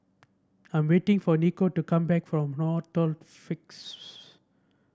I am waiting for Nico to come back from Northolt